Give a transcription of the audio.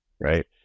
Right